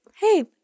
hey